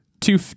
two